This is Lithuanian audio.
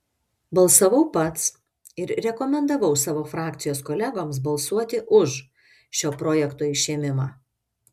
balsavau pats ir rekomendavau savo frakcijos kolegoms balsuoti už šio projekto išėmimą